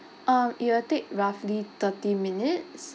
um it will take roughly thirty minutes